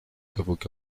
avocats